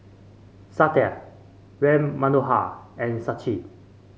Satya Ram Manohar and Sachin